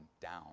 down